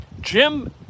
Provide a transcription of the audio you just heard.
Jim